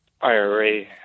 IRA